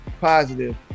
positive